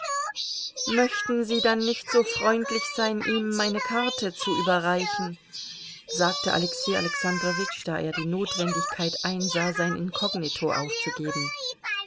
möchten sie dann nicht so freundlich sein ihm meine karte zu überreichen sagte alexei alexandrowitsch da er die notwendigkeit einsah sein inkognito aufzugeben